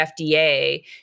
FDA